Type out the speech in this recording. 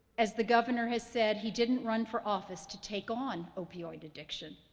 as the governor has said, he didn't run for office to take on opioid addiction,